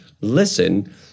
Listen